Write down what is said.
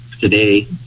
Today